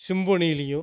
சிம்பொனியிலேயும்